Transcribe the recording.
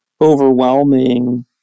overwhelming